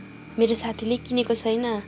मेरो साथीले किनेको छैन